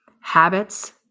habits